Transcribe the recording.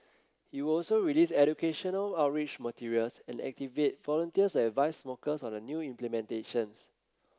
it will also release educational outreach materials and activate volunteers and advise smokers on the new implementation